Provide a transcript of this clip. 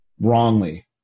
wrongly